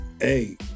Hey